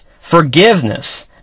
forgiveness